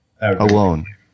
alone